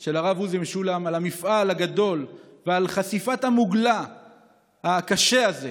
של הרב עוזי משולם על המפעל הגדול ועל חשיפת המוגלה הקשה הזאת,